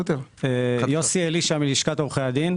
עו"ד יוסי אלישע, מלשכת עורכי הדין.